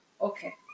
Okay